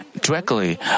directly